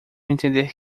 entender